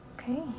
Okay